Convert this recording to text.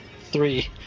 three